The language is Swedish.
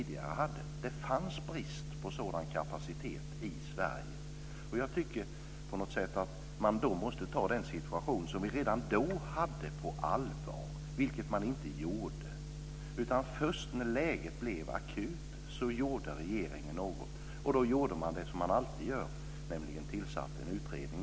Det rådde brist på sådan kapacitet i Sverige. Man måste ta den situation som vi hade redan då på allvar. Det gjorde man inte. Först när läget blev akut gjorde regeringen något. Då gjorde man det som man alltid gör, nämligen tillsatte en utredning.